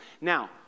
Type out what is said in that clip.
Now